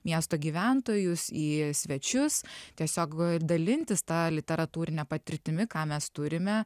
miesto gyventojus į svečius tiesiog dalintis ta literatūrine patirtimi ką mes turime